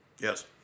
Yes